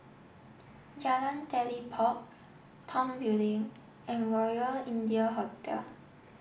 Jalan Telipok Tong Building and Royal India Hotel